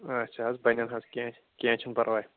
اچھا حظ بنَن حظ کیٚنٛہہ کیٚنٛہہ چھُنہٕ پَرواے